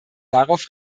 darauf